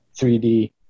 3D